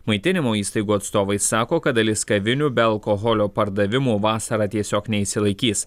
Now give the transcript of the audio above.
maitinimo įstaigų atstovai sako kad dalis kavinių be alkoholio pardavimo vasarą tiesiog neišsilaikys